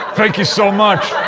thank you so much,